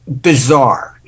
bizarre